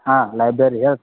ಹಾಂ ಲೈಬ್ರೆರಿ ಹೇಳ್ ರೀ